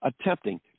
attempting